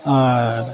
ᱟᱨ